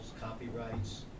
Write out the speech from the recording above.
copyrights